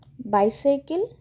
bicycle